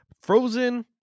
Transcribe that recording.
Frozen